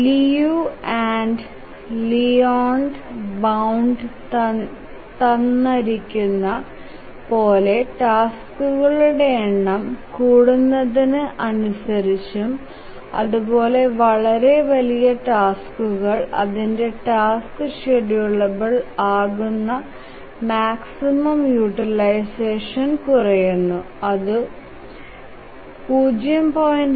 Liu and Layland bound തന്നരിക്കുന്നു പോലെ ടാസ്കുകളുടെ എണം കൂടുന്നതിനു അനുസരിച്ചും അതുപോലെ വളരെ വലിയ ടാസ്കുകൾക്കും അതിന്ടെ ടാസ്ക് ഷ്ഡ്യൂളബിൽ ആകുന്ന മാക്സിമം യൂട്ടിലൈസഷൻ കുറയുന്നു അതു 0